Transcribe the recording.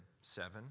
Seven